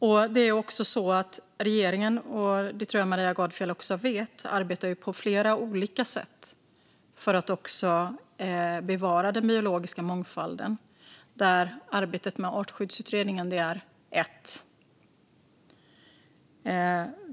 Regeringen arbetar - det tror jag att Maria Gardfjell också vet - på flera olika sätt för att bevara den biologiska mångfalden. Arbetet med artskyddsutredningen är ett.